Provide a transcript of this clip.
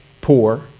poor